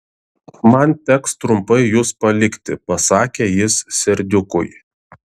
man teks trumpai jus palikti pasakė jis serdiukui